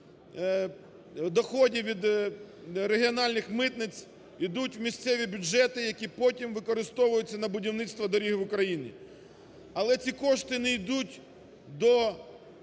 доходів від регіональних митниць йдуть в місцеві бюджети, які потім використовуються на будівництво доріг України. Але ці кошти не йдуть до…